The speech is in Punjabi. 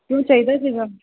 ਕਿਉਂ ਚਾਹੀਦਾ ਸੀਗਾ